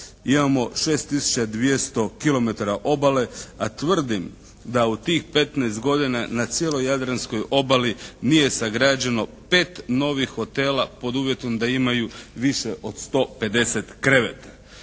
kilometara obale, a tvrdim da u tih 15 godina na cijeloj Jadranskoj obali nije sagrađeno pet novih hotela, pod uvjetom da imaju više od 150 kreveta.